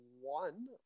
one